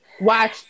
Watch